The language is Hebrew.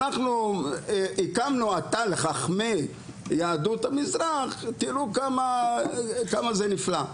"אנחנו הקמנו אתר לחכמי יהדות המזרח תראו כמה זה נפלא".